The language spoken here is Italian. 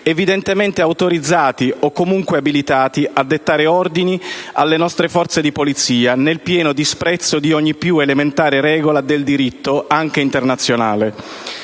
evidentemente autorizzati, o comunque abilitati, a dettare ordini alle nostre Forze di polizia, nel pieno disprezzo di ogni più elementare regola del diritto, anche internazionale.